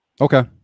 okay